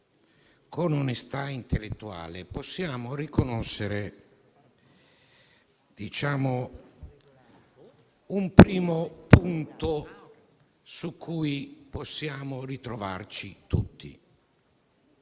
con onestà intellettuale, possiamo riconoscere un primo punto su cui ritrovarci: ciò